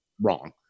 wrong